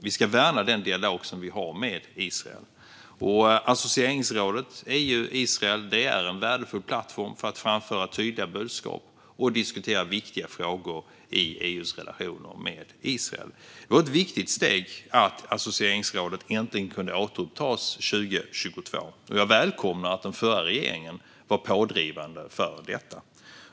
Vi ska värna den dialog vi har med Israel, och Associeringsrådet EU-Israel är en värdefull plattform för att framföra tydliga budskap och diskutera viktiga frågor i EU:s relationer med Israel. Det var ett viktigt steg att associeringsrådet äntligen kunde återupptas 2022, och jag välkomnar att den förra regeringen var pådrivande för detta.